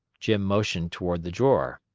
jim motioned toward the drawer.